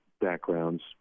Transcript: backgrounds